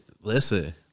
listen